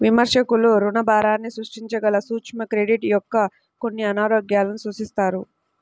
విమర్శకులు రుణభారాన్ని సృష్టించగల సూక్ష్మ క్రెడిట్ యొక్క కొన్ని అనారోగ్యాలను సూచిస్తారు